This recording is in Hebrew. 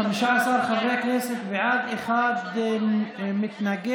15 חברי כנסת בעד, אחד מתנגד.